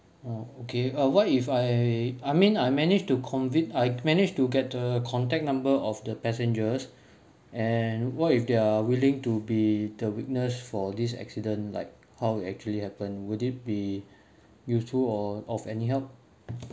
okay err what if I I mean I manage to convict I've managed to get the contact number of the passengers and what if they are willing to be the witness for this accident like how it actually happened would it be useful or of any help